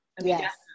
yes